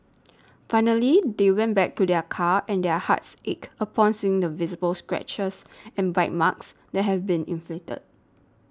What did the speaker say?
finally they went back to their car and their hearts ached upon seeing the visible scratches and bite marks that had been inflicted